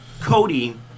Cody